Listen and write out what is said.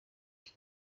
iki